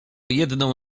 jedną